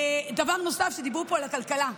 דבר נוסף, דיברו פה על הכלכלה.